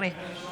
חבר'ה,